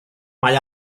mae